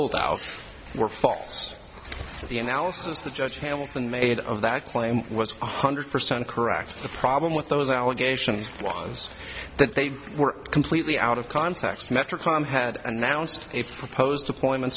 buildout were false to the analysis the judge hamilton made of that claim was one hundred percent correct the problem with those allegations was that they were completely out of context metric time had announced a proposed deployment